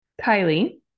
Kylie